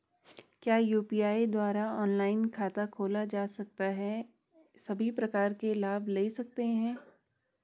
क्या यु.पी.आई द्वारा ऑनलाइन खाता खोला जा सकता है सभी प्रकार के लाभ ले सकते हैं?